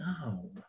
No